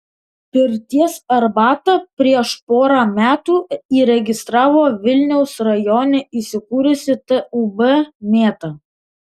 pirties arbatą prieš porą metų įregistravo vilniaus rajone įsikūrusi tūb mėta